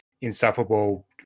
insufferable